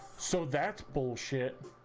so that's bull ships